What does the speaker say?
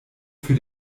für